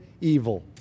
evil